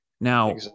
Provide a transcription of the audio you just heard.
Now